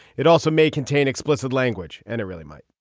it also may contain explicit language and it really might